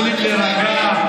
להירגע.